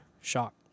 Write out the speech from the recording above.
shock